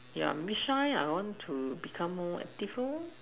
yeah me shy I will want to become more active